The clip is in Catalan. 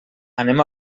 anem